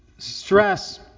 stress